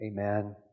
amen